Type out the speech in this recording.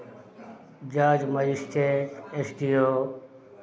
judge magistrate S D O